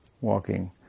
walking